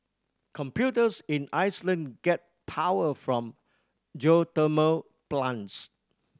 computers in Iceland get power from geothermal plants